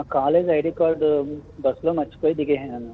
నా college ID card బస్లో మర్చిపోయి దిగేసాను నిన్న